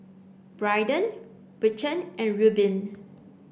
Braiden Britton and Rubin